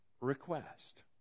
request